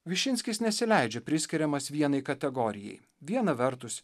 višinskis nesileidžia priskiriamas vienai kategorijai viena vertus